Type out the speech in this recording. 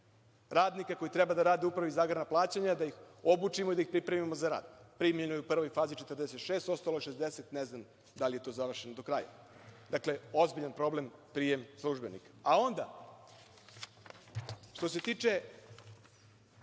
radnika koji treba da rade u Upravi za agrarna plaćanja, da ih obučimo i da ih pripremimo za rad. Primljeno je u prvoj fazi 46, a ostalo je 60. Ne znam da li je to završeno do kraja. Dakle, ozbiljan problem je prijem službenika. Onda, što se tiče